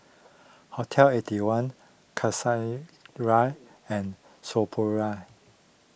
Hotel Eighty One and Sephora